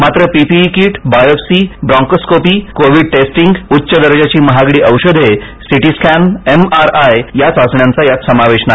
मात्र PPE kit biopsy bronchoscopy Covid testing उच्च दर्जाची महागडी औषधे CT scan M R I CT scan या चाचण्यांचा यात समावेश नाही